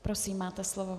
Prosím, máte slovo.